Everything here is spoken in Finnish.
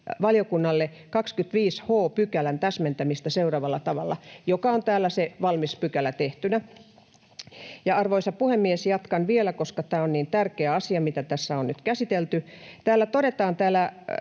sivistysvaliokunnalle 25 h §:n täsmentämistä seuraavalla tavalla...”, ja se on täällä se valmis pykälä tehtynä. Ja, arvoisa puhemies, jatkan vielä, koska tämä on niin tärkeä asia, mitä tässä on nyt käsitelty. Täällä LiVin